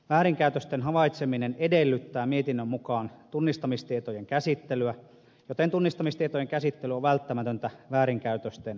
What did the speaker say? väärinkäytösten havaitseminen edellyttää mietinnön mukaan tunnistamistietojen käsittelyä joten tunnistamistietojen käsittely on välttämätöntä väärinkäytösten havaitsemiseksi